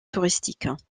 touristiques